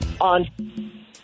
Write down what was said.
on